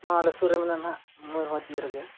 ᱱᱚᱣᱟ ᱟᱞᱮ ᱥᱩᱨ ᱨᱮ ᱢᱮᱱᱟᱜᱼᱟ ᱱᱟᱜ ᱢᱚᱭᱩᱨᱵᱷᱚᱧᱡᱽ ᱤᱭᱟᱹ ᱨᱮᱜᱮ